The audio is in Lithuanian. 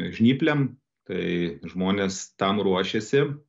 žnyplėm tai žmonės tam ruošiasi